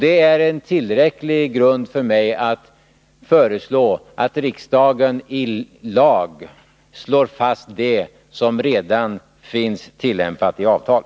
Det är en tillräcklig grund för mig för att jag skall föreslå att riksdagen i lag slår fast det som redan finns tillämpat i avtal.